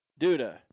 Duda